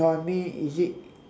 no I mean is it